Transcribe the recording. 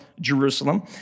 Jerusalem